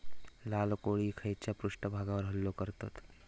लाल कोळी खैच्या पृष्ठभागावर हल्लो करतत?